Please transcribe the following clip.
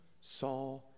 saw